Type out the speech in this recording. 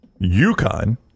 UConn